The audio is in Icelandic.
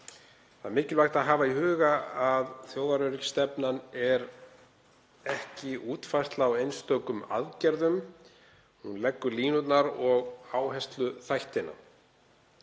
Það er mikilvægt að hafa í huga að þjóðaröryggisstefnan er ekki útfærsla á einstökum aðgerðum, hún leggur línurnar og áhersluþættina.